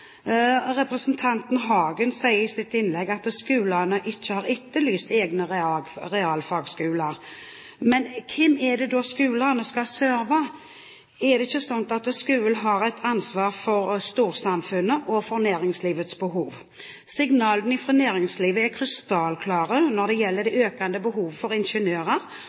Representanten Aksel Hagen sier i sitt innlegg at skolene ikke har etterlyst egne realfagskoler. Men hvem er det skolene skal serve? Er det ikke slik at skolene har et ansvar for storsamfunnets og næringslivets behov? Signalene fra næringslivet er krystallklare når det gjelder det økende behovet for ingeniører